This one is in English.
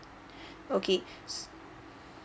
okay